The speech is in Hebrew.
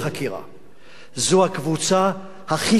זו הקבוצה הכי חסינה בחברה הישראלית.